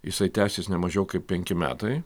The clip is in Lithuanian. jisai tęsis ne mažiau kaip penki metai